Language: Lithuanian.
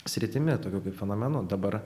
sritimi tokiu kaip fenomenu dabar